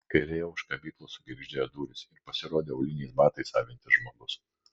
kairėje už kabyklų sugirgždėjo durys ir pasirodė auliniais batais avintis žmogus